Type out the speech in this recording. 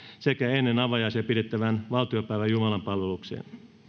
sekä ennen avajaisia pidettävään valtiopäiväjumalanpalvelukseen